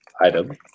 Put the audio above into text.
item